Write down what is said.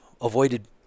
avoided